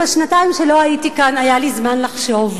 בשנתיים שלא הייתי כאן היה לי זמן לחשוב,